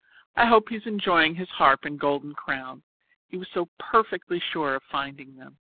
i hope he is enjoying his harp and golden crown he was so perfectly sure of finding them!